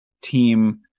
team